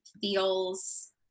feels